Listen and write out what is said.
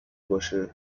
باشه